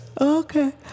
Okay